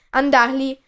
andarli